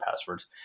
passwords